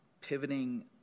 pivoting